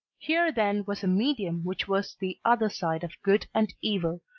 here then was a medium which was the other side of good and evil,